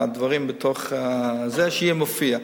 כדי שזה יופיע.